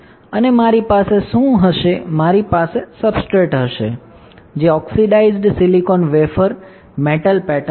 અને મારી પાસે શું હશે મારી પાસે સબસ્ટ્રેટ હશે જે oxidised silicon wafer metal pattern સાથે